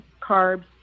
carbs